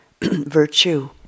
virtue